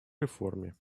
реформе